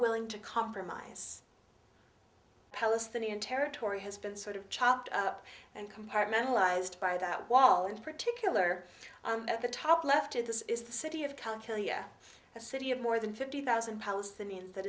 willing to compromise palestinian territory has been sort of chopped up and compartmentalise by that wall in particular at the top left of this is the city of calcul yet a city of more than fifty thousand palestinians that